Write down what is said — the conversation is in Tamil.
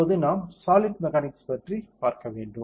இப்போது நாம் சாலிட் மெக்கானிக்ஸ் பற்றி பார்க்க வேண்டும்